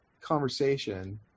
conversation